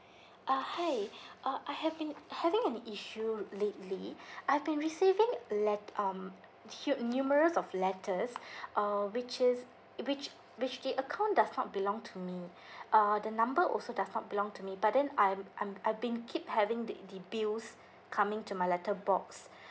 uh hi uh I have been having an issue lately I've been receiving lett~ um till numerous of letters uh which is which which the account does not belong to me uh the number also does not belong to me but then I'm I'm I've been keep having that the bills coming to my letter box